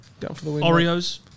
Oreos